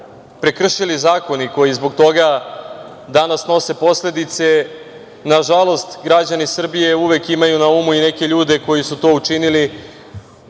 prekršili zakon i koji zbog toga danas snose posledice, na žalost građani Srbije uvek imaju na umu i neke ljude koji su to učinili,